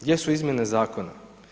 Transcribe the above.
Gdje su izmjene zakona?